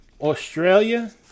Australia